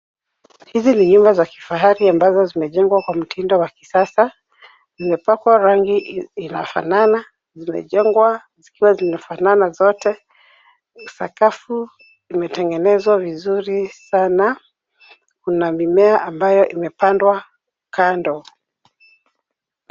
Hizi ni nyumba za kifahari ambazo zimejengwa kwa mtindo wa kisasa, zimepakwa rangi inafanana. Zimejengwa zikiwa zinafanana zote. Sakafu imetengenezwa vizuri sana. Kuna mimea ambayo imepandwa kando.